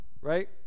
right